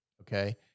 Okay